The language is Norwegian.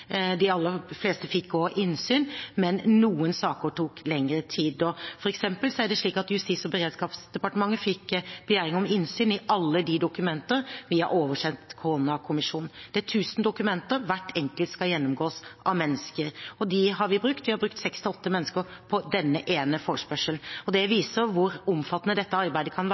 De aller fleste fikk også innsyn, men noen saker tok lengre tid. For eksempel fikk Justis- og beredskapsdepartementet begjæring om innsyn i alle de dokumenter vi har oversendt koronakommisjonen. Det er 1 000 dokumenter, og hvert enkelt skal gjennomgås av mennesker. Det har vi gjort. Vi har brukt seks–åtte mennesker på denne ene forespørselen. Det viser hvor omfattende dette arbeidet kan være,